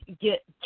get